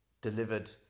delivered